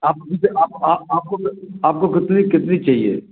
आप आआ आपको कितनी कितनी चाहिए